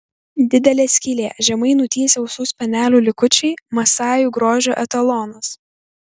didelė skylė žemai nutįsę ausų spenelių likučiai masajų grožio etalonas